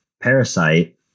Parasite